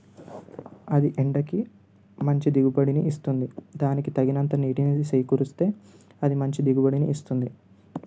అది ఎండకి మంచి దిగుబడిని ఇస్తుంది దానికి తగినంత నీటిని సేకూరిస్తే అది మంచి దిగుబడిని ఇస్తుంది